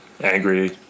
angry